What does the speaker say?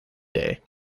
day